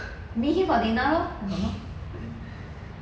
meet him for dinner lor don't know